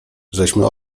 żeśmy